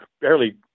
barely